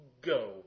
go